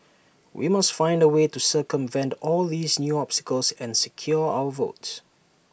we must find A way to circumvent all these new obstacles and secure our votes